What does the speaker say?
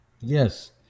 Yes